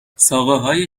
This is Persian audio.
ساقههای